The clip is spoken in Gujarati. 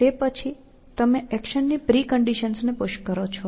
તે પછી તમે એક્શનની પ્રિકન્ડિશન્સ ને પુશ કરો છો